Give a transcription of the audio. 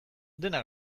dena